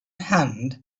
hand